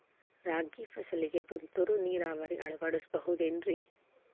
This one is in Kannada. ರಾಗಿ ಫಸಲಿಗೆ ತುಂತುರು ನೇರಾವರಿ ಅಳವಡಿಸಬಹುದೇನ್ರಿ?